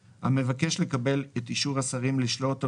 לקבלת אישור השרים המבקש לקבל את אישור השרים לשלוט או